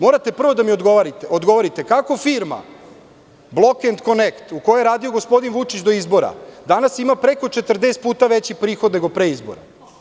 Morate prvo da mi odgovorite kako firma „Block & connect“, u kojoj je radio gospodin Vučić do izbora, danas ima preko 40 puta veći prihod nego pre izbora?